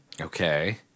okay